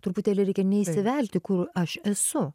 truputėlį reikia neįsivelti kur aš esu